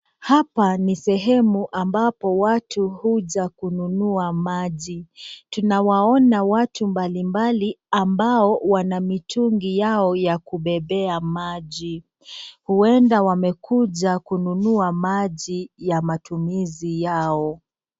Hapa ni sehemu ambapo watu huja kununua maji. Tunawaona watu mbalimbali ambao wana mitungi yao ya kubebea maji. Huenda wamekuja kununua maji ya matumizi yao.